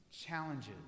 challenges